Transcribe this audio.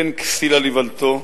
כן כסיל על איוולתו,